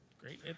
Great